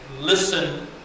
listen